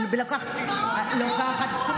שלוקחת מציאות,